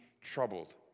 troubled